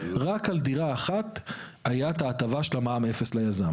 רק על דירה אחת הייתה ההטבה של מע"מ אפס ליזם.